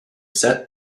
set